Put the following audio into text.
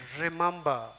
remember